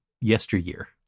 yesteryear